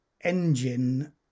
engine